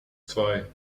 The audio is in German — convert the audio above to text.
zwei